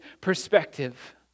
perspective